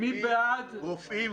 רופאים,